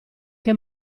che